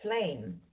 flame